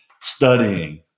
studying